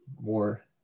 more